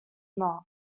not